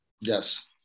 Yes